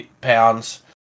pounds